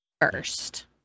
first